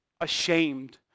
ashamed